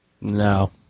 no